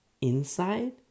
inside